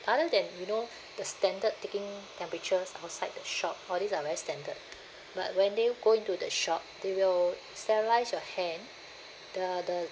other than you know the standard taking temperatures outside the shop all these are very standard but when they go into the shop they will sterilise your hand the the